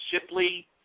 Shipley